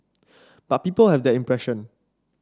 but people have that impression